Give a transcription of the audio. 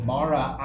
Mara